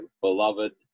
beloved